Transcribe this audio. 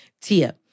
Tia